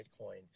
bitcoin